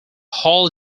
hall